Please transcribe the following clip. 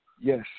Yes